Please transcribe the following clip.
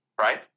Right